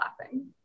laughing